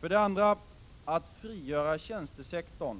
För det andra: Vi måste frigöra tjänstesektorn